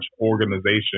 organization